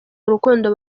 urukundo